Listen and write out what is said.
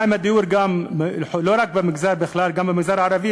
מה עם הדיור, לא רק במגזר, בכלל, גם במגזר הערבי?